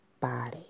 body